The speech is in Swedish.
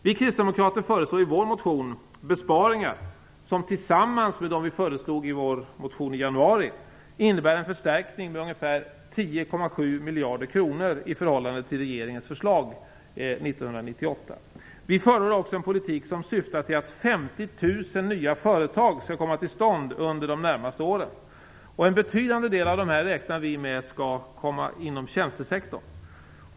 Vi kristdemokrater föreslår i vår motion besparingar som tillsammans med dem vi föreslog i vår motion i januari innebär en förstärkning med ungefär 10,7 miljarder kronor i förhållande till regeringens förslag 1998. Vi förordar också en politik som syftar till att 50 000 nya företag skall komma till stånd under de närmaste åren. En betydande del av dem räknar vi med skall komma inom tjänstesektorn.